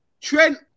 Trent